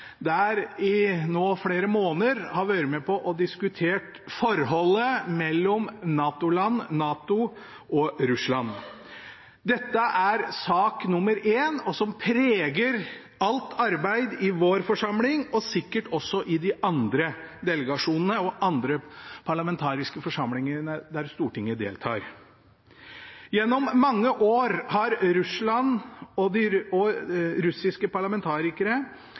i flere måneder har vært med på å diskutere forholdet mellom NATO-land, NATO og Russland. Dette er sak nummer én, som preger alt arbeid i vår forsamling og sikkert også i de andre delegasjonene og parlamentariske forsamlingene der Stortinget deltar. Gjennom mange år har Russland og